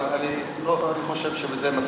אבל אני חושב שזה מספיק.